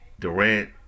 Durant